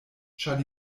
ĉar